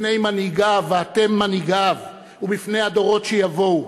בפני מנהיגיו, ואתם מנהיגיו, ובפני הדורות שיבואו.